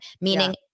meaning